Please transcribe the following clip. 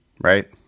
right